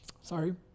sorry